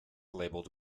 labeled